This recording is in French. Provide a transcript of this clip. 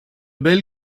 bel